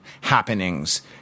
happenings